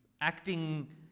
acting